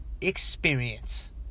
experience